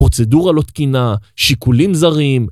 פרוצדורה לא תקינה, שיקולים זרים